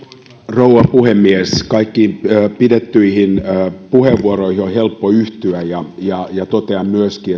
rouva puhemies kaikkiin pidettyihin puheenvuoroihin on helppo yhtyä ja ja totean myöskin